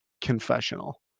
confessional